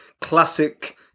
classic